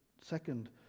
second